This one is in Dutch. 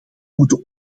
moeten